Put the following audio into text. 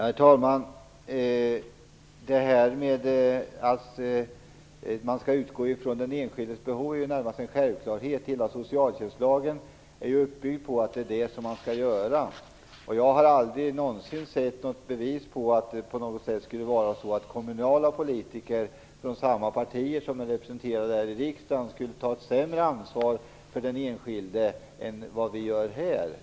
Herr talman! Att man skall utgå från den enskildes behov är närmast en självklarhet. Hela socialtjänstlagen är ju uppbyggd på att det är det man skall göra. Jag har aldrig någonsin sett något bevis på att kommunala politiker från samma partier som är representerade här i riksdagen på något sätt skulle ta ett sämre ansvar för den enskilde än vad vi gör här.